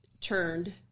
turned